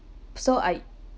so I